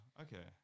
okay